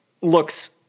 looks